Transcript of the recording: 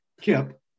Kip